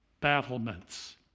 battlements